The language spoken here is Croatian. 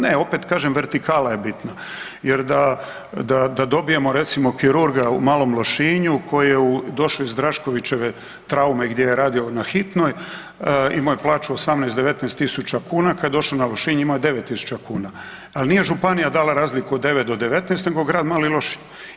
Ne, opet kažem vertikala je bitna jer da dobijemo recimo kirurga u Malom Lošinju koji je došao iz Draškovićeve traume gdje je radio na Hitnoj, imao je plaću 18, 19 000 kn, kad je došao na Lošinj, imao je 9 000 kn ali nije županija dala razliku od 9 do 19 nego grad Mali Lošinj.